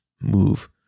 move